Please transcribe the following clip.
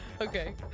Okay